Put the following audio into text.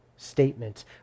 statement